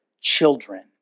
children